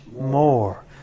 more